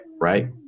right